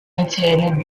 attended